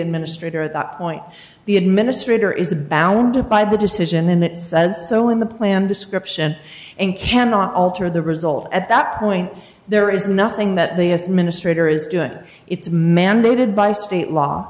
administrator at that point the administrator is bound to by the decision and it says so in the plan description and cannot alter the result at that point there is nothing that they as minister is doing it's mandated by state law